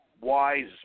wise